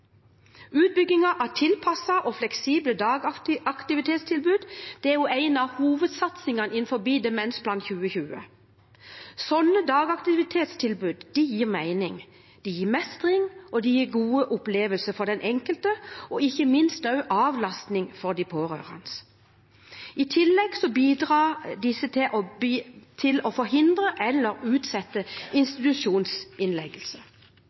av tilpassede og fleksible dagaktivitetstilbud er en av hovedsatsingene i Demensplan 2020. Slike dagaktivitetstilbud gir mening, mestring og gode opplevelser for den enkelte, og ikke minst også avlastning for de pårørende. I tillegg bidrar de til å forhindre eller utsette